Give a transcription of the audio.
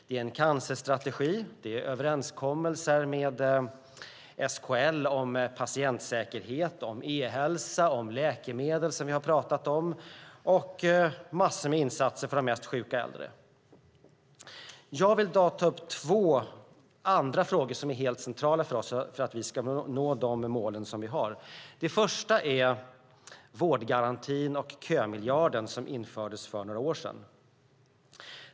Det är en cancerstrategi och överenskommelser med SKL om patientsäkerhet, e-hälsa, läkemedel, som vi har pratat om, och massor med insatser för de mest sjuka äldre. Jag vill i dag ta upp två andra frågor som är helt centrala för att vi ska nå de mål som vi har. Den första är vårdgarantin och kömiljarden som infördes för några år sedan.